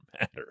matter